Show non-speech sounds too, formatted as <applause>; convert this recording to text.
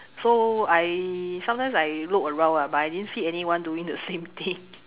so I sometimes I look around lah but I didn't see anyone doing the <laughs> same thing